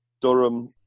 Durham